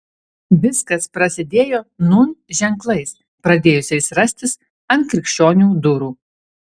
viskas prasidėjo nūn ženklais pradėjusiais rastis ant krikščionių durų